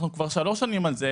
אנחנו כבר שלוש שנים על זה,